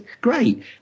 Great